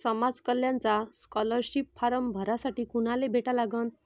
समाज कल्याणचा scholarship form भरासाठी कुनाले भेटा लागन?